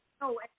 No